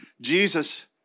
Jesus